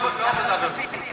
הוועדה לביקורת המדינה.